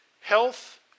health